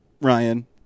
Ryan